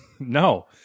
No